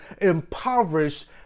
impoverished